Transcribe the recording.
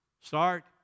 Start